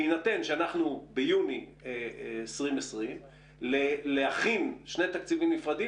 בהינתן שאנחנו ביוני 2020 להכין שני תקציבים נפרדים